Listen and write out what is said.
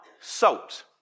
salt